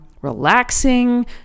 relaxing